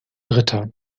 dritter